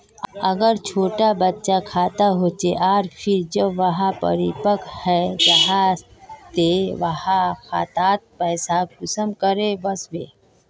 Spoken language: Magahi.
अगर छोटो बच्चार खाता होचे आर फिर जब वहाँ परिपक है जहा ते वहार खातात पैसा कुंसम करे वस्बे?